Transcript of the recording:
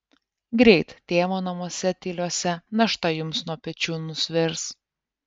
greit tėvo namuose tyliuose našta jums nuo pečių nusvirs